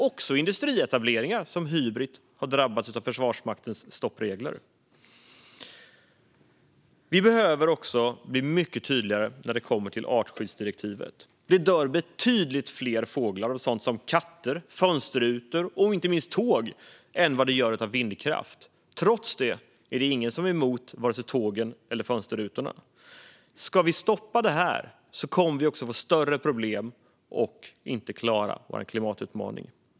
Också industrietableringar som Hybrit har drabbats av Försvarsmaktens stoppregler. Vi behöver också bli mycket tydligare när det kommer till artskyddsdirektivet. Det dör betydligt fler fåglar på grund av sådant som katter, fönsterrutor och inte minst tåg än vad det gör på grund av vindkraft. Trots det är det ingen som är emot vare sig tågen eller fönsterrutorna. Om vi inte stoppar det här kommer vi att få större problem och inte klara vår klimatutmaning.